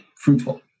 fruitful